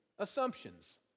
assumptions